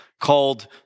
called